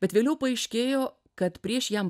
bet vėliau paaiškėjo kad prieš jam